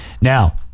Now